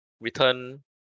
return